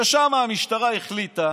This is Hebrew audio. ושם המשטרה החליטה